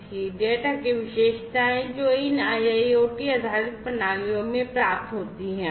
यहां मैंने आपको दिखाया है डेटा की विशेषताएं जो इन IIoT आधारित प्रणालियों से प्राप्त होती हैं